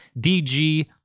DG